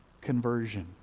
conversion